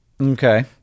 Okay